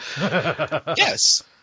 Yes